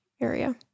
area